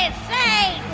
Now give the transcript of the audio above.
and say,